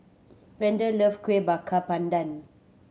Vander loves Kueh Bakar Pandan